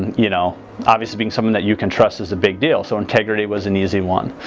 you know obviously being something that you can trust is a big deal so integrity was an easy one.